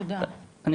תודה, תודה.